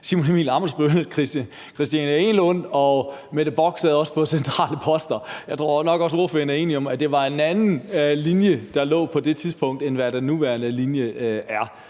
Simon Emil Ammitzbøll og Christina Egelund, og Mette Bock sad også på centrale poster. Jeg tror også, ordføreren nok er enig i, at det var en anden linje, der var på det tidspunkt, end hvad den nuværende linje er.